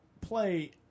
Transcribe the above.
play